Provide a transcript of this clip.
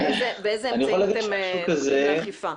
באיזה אמצעים אתם נוקטים באכיפה.